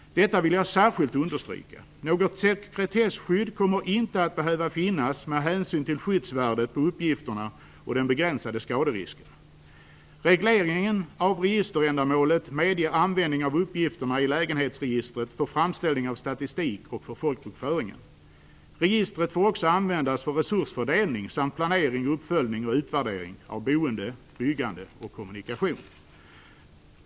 Detta vill jag särskilt understryka. Något sekretesskydd kommer inte att behöva finnas med hänsyn till skyddsvärdet på uppgifterna och den begränsade skaderisken. Regleringen av registerändamålet medger användning av uppgifterna i lägenhetsregistret för framställning av statistik och folkbokföringen. Registret får också användas för resursfördelning samt planering, uppföljning och utvärdering av boende, byggande och kommunikation.